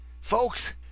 folks